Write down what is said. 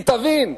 כי תבין,